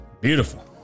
Beautiful